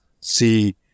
see